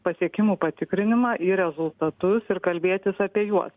pasiekimų patikrinimą į rezultatus ir kalbėtis apie juos